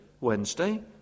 Wednesday